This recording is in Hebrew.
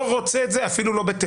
אני לא רוצה את זה אפילו לא בתיאוריה.